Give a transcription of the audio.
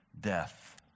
death